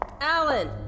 Alan